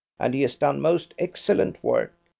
and he has done most excellent work.